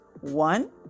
One